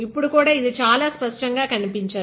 ఇప్పుడు కూడా ఇది చాలా స్పష్టంగా కనిపించదు